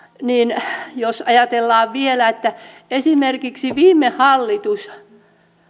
jos ajatellaan vielä että esimerkiksi viime hallitus